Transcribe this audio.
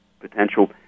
potential